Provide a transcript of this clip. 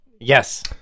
Yes